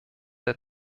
der